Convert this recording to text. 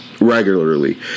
regularly